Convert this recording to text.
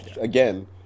again